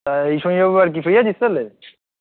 তা এই শনি রবিবার কি ফ্রী আছিস তাহলে